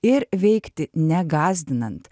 ir veikti negąsdinant